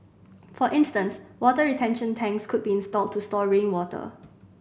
for instance water retention tanks could be installed to store rainwater